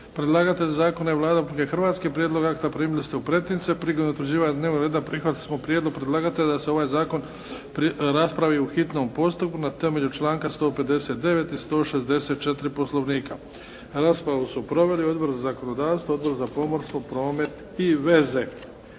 Predlagatelj zakona je Vlada Republike Hrvatske. Prijedlog akta primili ste u pretince. Prilikom utvrđivanja dnevnog reda prihvatili smo prijedlog predlagatelja da se ovaj zakon raspravi u hitnom postupku na temelju članka 159. i 164. Poslovnika. Raspravu su proveli Odbor za zakonodavstvo, Odbor za pomorstvo, promet i veze.